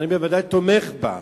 שאני בוודאי תומך בה,